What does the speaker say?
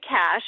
cash